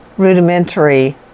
Rudimentary